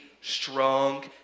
strong